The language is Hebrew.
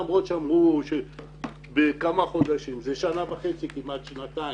למרות שאמרו שתוך כמה חודשים עברו כמעט שנתיים.